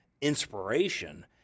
inspiration